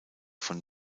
von